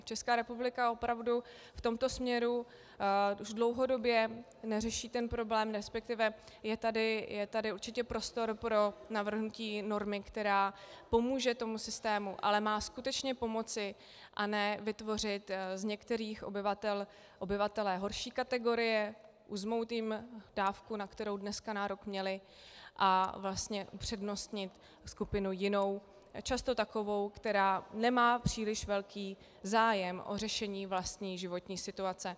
Česká republika opravdu v tomto směru už dlouhodobě tento problém neřeší, respektive je tady určitě prostor pro navrhnutí normy, která pomůže systému, ale má skutečně pomoci, a ne vytvořit z některých obyvatel obyvatele horší kategorie, uzmout jim dávku, na kterou dneska nárok měli, a vlastně upřednostnit skupinu jinou, často takovou, která nemá příliš velký zájem o řešení vlastní životní situace.